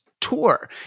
tour